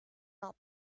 not